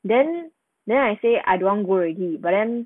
then then I say I don't wanna go already but then